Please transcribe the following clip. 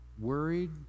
worried